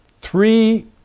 three